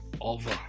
Over